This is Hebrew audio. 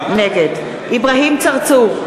נגד אברהים צרצור,